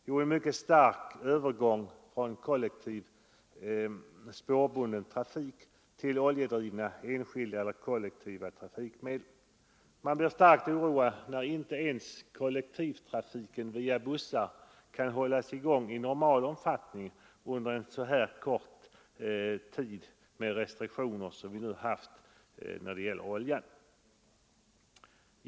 Jo, en mycket kraftig övergång från spårbunden trafik till oljedrivna, enskilda eller kollektiva, trafikmedel. Man blir starkt oroad när inte ens kollektivtrafiken med bussar kan hållas i gång i normal omfattning på grund av restriktionerna under en så kort tid som det nu varit fråga om.